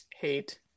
Hate